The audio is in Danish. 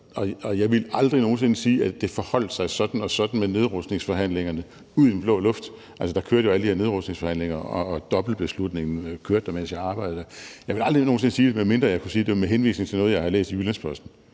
og jeg ville aldrig nogen sinde sige, at det forholdt sig sådan og sådan med nedrustningsforhandlingerne ud i den blå luft. Der kørte jo alle de her nedrustningsforhandlinger og det med den her dobbeltbeslutning, mens jeg arbejdede der. Jeg ville aldrig nogen sinde sige det, medmindre jeg kunne sige, at det var med henvisning til noget, jeg havde læst i Jyllands-Posten,